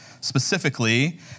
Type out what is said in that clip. specifically